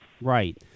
Right